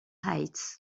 heights